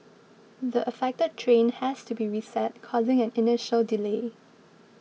the affected train has to be reset causing an initial delay